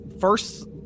First